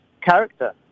character